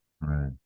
Right